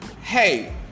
hey